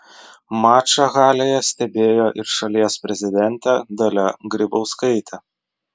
mačą halėje stebėjo ir šalies prezidentė dalia grybauskaitė